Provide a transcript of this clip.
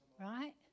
right